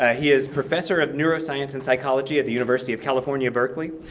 ah he is professor of neuroscience and psychology at the university of california, berkeley.